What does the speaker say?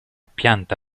pianta